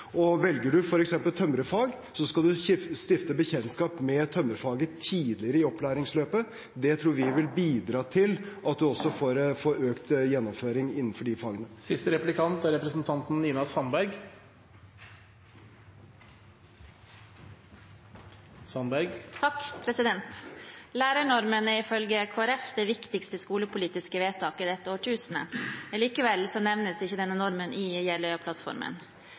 måte. Velger man f.eks. tømrerfag, skal man stifte bekjentskap med tømrerfaget tidligere i opplæringsløpet. Det tror vi vil bidra til at vi får økt gjennomføring innenfor de fagene. Lærernormen er ifølge Kristelig Folkeparti det viktigste skolepolitiske vedtaket i dette årtusenet. Likevel nevnes ikke denne normen i